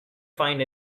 find